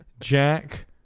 Jack